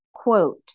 Quote